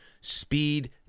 Speed